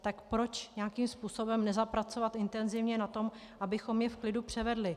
Tak proč nějakým způsobem nezapracovat intenzivně na tom, abychom je v klidu převedli?